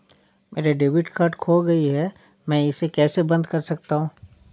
मेरा debit card खो गया है मैं इसे कैसे बंद करवा सकता हूँ?